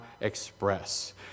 express